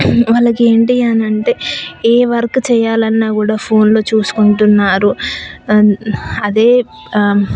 వాళ్ళకి ఏంటి అని అంటే ఏ వర్క్ చేయాలన్నా కూడా ఫోన్లు చూసుకుంటున్నారు అదే